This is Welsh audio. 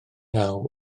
naw